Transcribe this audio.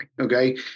Okay